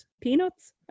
peanuts